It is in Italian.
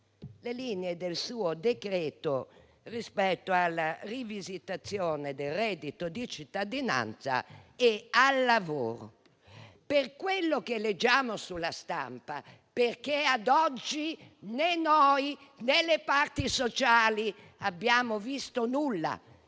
le linee del suo decreto rispetto alla rivisitazione del reddito di cittadinanza e al lavoro. Questo per quello che leggiamo sulla stampa, perché ad oggi né noi né le parti sociali abbiamo visto nulla,